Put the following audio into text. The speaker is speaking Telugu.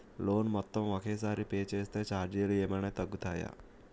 లోన్ మొత్తం ఒకే సారి పే చేస్తే ఛార్జీలు ఏమైనా తగ్గుతాయా?